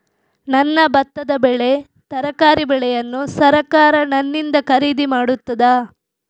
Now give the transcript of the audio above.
ನನ್ನ ಭತ್ತದ ಬೆಳೆ, ತರಕಾರಿ ಬೆಳೆಯನ್ನು ಸರಕಾರ ನನ್ನಿಂದ ಖರೀದಿ ಮಾಡುತ್ತದಾ?